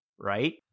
right